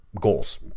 goals